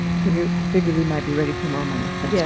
figured ah figured we might be ready for more money then yeah